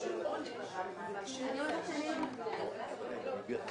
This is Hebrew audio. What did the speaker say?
רצח שבא בעקבות התעללות של בן זוג,